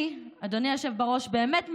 אני, אדוני היושב בראש, באמת מאמינה,